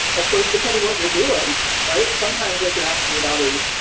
of course, depending what you're doing right sometimes what you're asking about is,